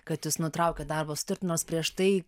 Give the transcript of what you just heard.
kad jūs nutraukėt darbo sutartį nors prieš tai